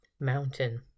mountain